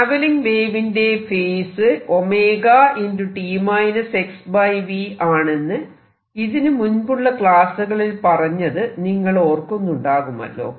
travelling വേവിന്റെ phase t xv ആണെന്ന് ഇതിനു മുൻപുള്ള ക്ലാസുകളിൽ പറഞ്ഞത് നിങ്ങൾ ഓർക്കുന്നുണ്ടാകുമല്ലോ